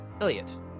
Elliot